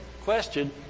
question